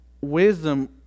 wisdom